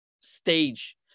stage